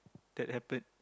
that happen